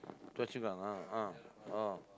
Choa-Chu-Kang ah ah ah